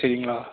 சரிங்களா